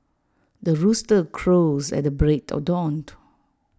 the rooster crows at the break of dawn